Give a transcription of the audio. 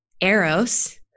Eros